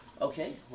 Okay